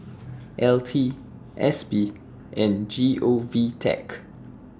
L T S P and G O V Tech